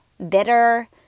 bitter